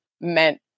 meant